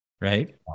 right